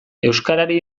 euskarari